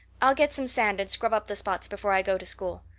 i'll get some sand and scrub up the spots before i go to school.